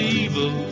evil